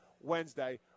Wednesday